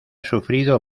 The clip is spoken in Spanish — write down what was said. sufrido